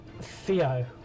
Theo